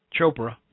Chopra